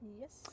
yes